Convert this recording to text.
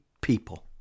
people